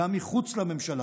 גם מחוץ לממשלה,